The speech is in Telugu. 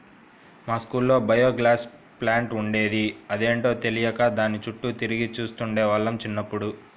మా స్కూల్లో బయోగ్యాస్ ప్లాంట్ ఉండేది, అదేంటో తెలియక దాని చుట్టూ తిరిగి చూస్తుండే వాళ్ళం చిన్నప్పుడు